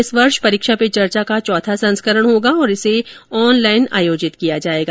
इस वर्ष परीक्षा पे चर्चा का चौथा संस्करण होगा और इसे ऑनलाइन आयोजित किया जाएगा